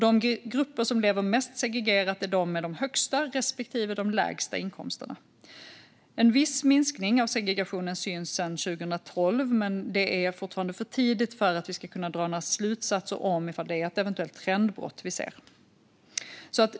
De grupper som lever mest segregerat är de med de högsta respektive de lägsta inkomsterna. En viss minskning av segregationen syns sedan 2012, men det är fortfarande för tidigt att dra slutsatser om det är ett eventuellt trendbrott vi ser.